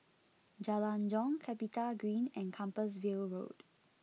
Jalan Jong CapitaGreen and Compassvale Road